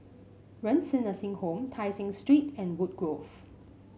Renci Nursing Home Tai Seng Street and Woodgrove